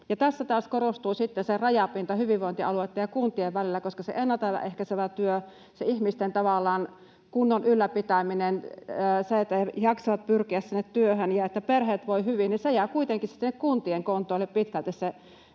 Tässä taas korostuu sitten se rajapinta hyvinvointialueitten ja kuntien välillä, koska se ennalta ehkäisevä työ, tavallaan se ihmisten kunnon ylläpitäminen eli se, että he jaksavat pyrkiä sinne työhön ja että perheet voivat hyvin, jää kuitenkin sinne kuntien kontolle pitkälti